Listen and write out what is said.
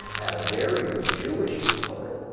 had a very big jewish component,